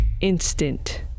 instant